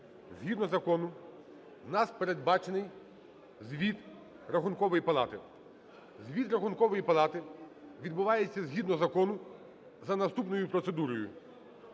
згідно закону, в нас передбачений звіт Рахункової палати. Звіт Рахункової палати відбувається, згідно закону, за наступною процедурою.